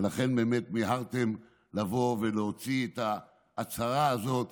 ולכן באמת מיהרתם לבוא ולהוציא את ההצהרה הזאת